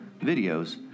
videos